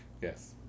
Yes